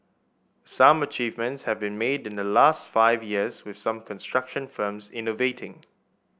some achievements have been made in the last five years with some construction firms innovating